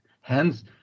Hence